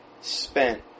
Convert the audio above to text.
spent